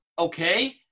okay